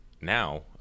now